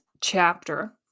chapter